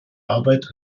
arbeit